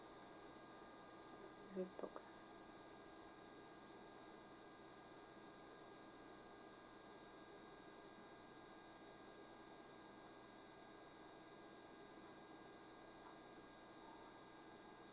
rebook ah